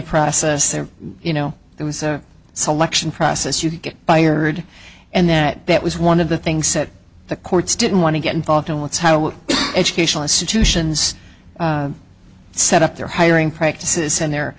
process there you know there was a selection process you could get fired and that that was one of the things that the courts didn't want to get involved in what's how would educational institutions set up their hiring practices and they're